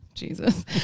Jesus